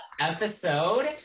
episode